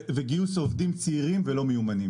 וגיוס עובדים צעירים ולא מיומנים.